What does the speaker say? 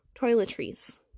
toiletries